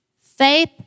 faith